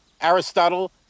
Aristotle